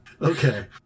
Okay